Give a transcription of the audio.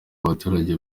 abaturage